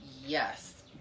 yes